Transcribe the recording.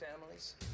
families